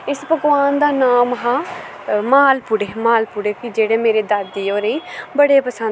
इस पकवान दा नाम हा मालपुड़े मालपुड़े कि जेह्ड़े मेरी दादी होरे बड़े पसंद हे